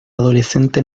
adolescente